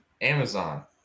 Amazon